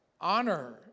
honor